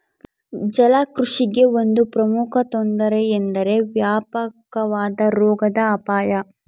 ಜಲಕೃಷಿಗೆ ಒಂದು ಪ್ರಮುಖ ತೊಂದರೆ ಎಂದರೆ ವ್ಯಾಪಕವಾದ ರೋಗದ ಅಪಾಯ